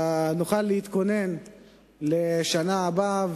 נוכל להתכונן לשנה הבאה,